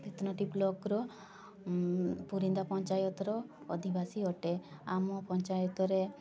ବେତନଟି ବ୍ଲକ୍ର ପୁରିନ୍ଦା ପଞ୍ଚାୟତର ଅଧିବାସୀ ଅଟେ ଆମ ପଞ୍ଚାୟତରେ